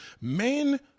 Men